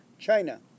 China